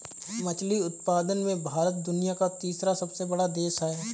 मछली उत्पादन में भारत दुनिया का तीसरा सबसे बड़ा देश है